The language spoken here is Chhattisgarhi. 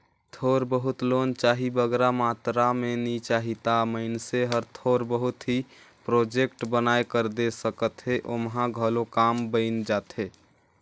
थोर बहुत लोन चाही बगरा मातरा में नी चाही ता मइनसे हर थोर बहुत ही प्रोजेक्ट बनाए कर दे सकत हे ओम्हां घलो काम बइन जाथे